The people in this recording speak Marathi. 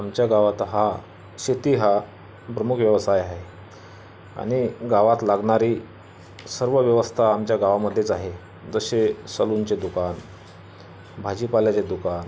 आमच्या गावात हा शेती हा प्रमुख व्यवसाय आहे आणि गावात लागणारी सर्व व्यवस्था आमच्या गावामध्येच आहे जसे सलूनचे दुकान भाजीपाल्याचे दुकान